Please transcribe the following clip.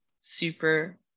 super